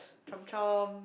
Chomp-Chomp